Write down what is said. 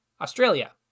Australia